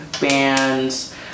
bands